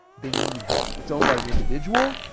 they need help. it's owned by an individual.